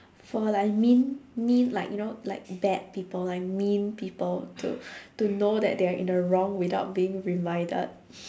for like mean mean like you know like bad people like mean people to to know that they're in the wrong without being reminded